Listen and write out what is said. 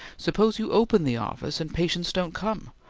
suppose you open the office and patients don't come,